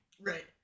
Right